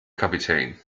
kapitän